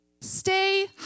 Stay